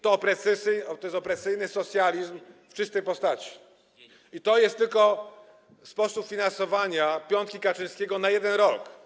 To jest opresyjny socjalizm w czystej postaci i to jest tylko sposób finansowania piątki Kaczyńskiego na jeden rok.